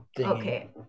Okay